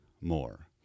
more